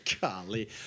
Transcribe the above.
Golly